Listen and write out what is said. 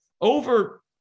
over